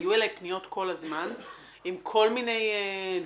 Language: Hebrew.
שהיו אליי פניות כל הזמן על כל מיני דברים,